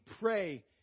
pray